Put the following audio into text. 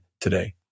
today